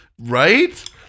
Right